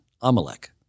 Amalek